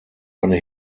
eine